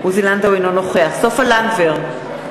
אינו נוכח סופה לנדבר,